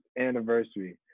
anniversary